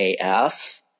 AF